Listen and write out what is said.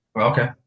okay